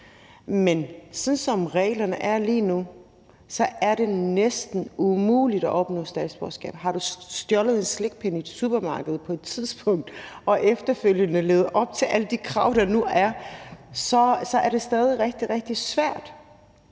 Men sådan som reglerne er lige nu, er det næsten umuligt at opnå statsborgerskab. Har man stjålet en slikkepind i et supermarked på et tidspunkt og efterfølgende levet op til alle de krav, der nu er, så er det stadig rigtig,